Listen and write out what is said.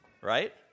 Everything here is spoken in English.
right